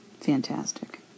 Fantastic